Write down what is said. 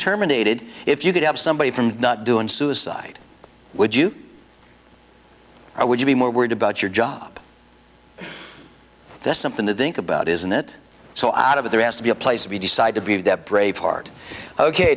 terminated if you could have somebody from not doing suicide would you or would you be more worried about your job that's something to think about isn't it so out of it there has to be a place if you decide to be of that brave heart ok